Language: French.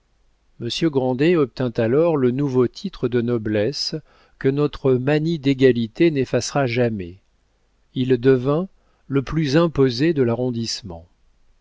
grandet obtint alors le nouveau titre de noblesse que notre manie d'égalité n'effacera jamais il devint le plus imposé de l'arrondissement